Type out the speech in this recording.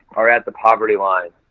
are at the poverty line.